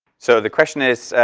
so the question is,